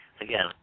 Again